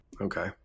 Okay